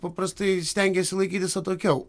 paprastai stengiesi laikytis atokiau